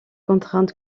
contrainte